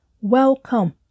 welcome